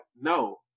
no